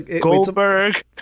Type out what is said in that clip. Goldberg